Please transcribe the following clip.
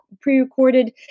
pre-recorded